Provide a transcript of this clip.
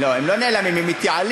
לא, הם לא נעלמים, הם מתייעלים.